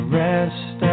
rest